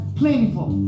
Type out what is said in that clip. plentiful